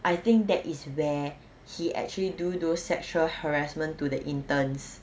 I think that is where he actually do those sexual harassment to the interns